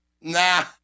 nah